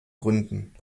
gründen